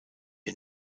ihr